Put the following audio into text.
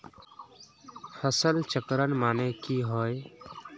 फसल चक्रण माने की होय?